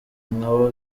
nkabo